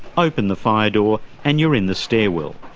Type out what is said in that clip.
open the fire door and you're in the stairwell.